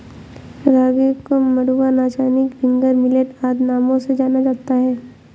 रागी को मंडुआ नाचनी फिंगर मिलेट आदि नामों से जाना जाता है